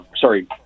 sorry